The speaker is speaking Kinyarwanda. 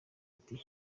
ati